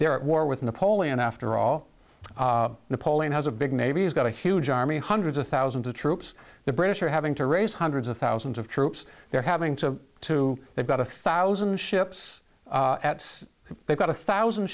they're at war with napoleon after all the polling has a big navy has got a huge army hundreds of thousands of troops the british are having to raise hundreds of thousands of troops they're having to two they've got a thousand ships at they've got a thousand